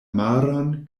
maron